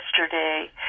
yesterday